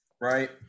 right